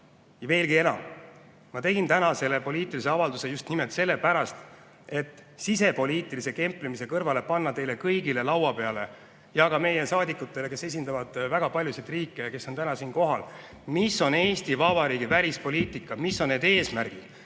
Ja veelgi enam. Ma tegin täna selle poliitilise avalduse just nimelt sellepärast, et sisepoliitilise kemplemise kõrvale panna teile kõigile laua peale ja ka saadikutele, kes esindavad väga paljusid riike ja kes on täna siin kohal, milline on Eesti Vabariigi välispoliitika, millised on need eesmärgid.